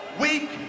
weak